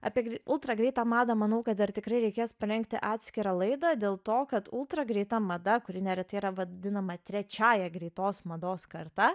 apie ultragreitą madą manau kad dar tikrai reikės parengti atskirą laidą dėl to kad ultragreita mada kuri neretai yra vadinama trečiąja greitos mados karta